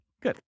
Good